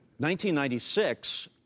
1996